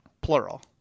plural